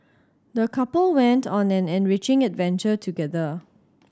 the couple went on an enriching adventure together